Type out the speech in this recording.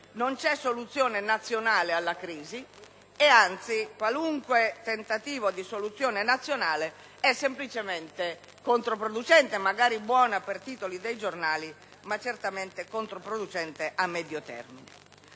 non c'è soluzione nazionale alla crisi. Anzi, qualunque tentativo di soluzione nazionale risulta semplicemente controproducente, magari buona per i titoli dei giornali ma certamente controproducente a medio termine.